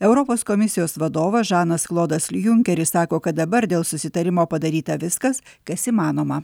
europos komisijos vadovas žanas klodas junkeris sako kad dabar dėl susitarimo padaryta viskas kas įmanoma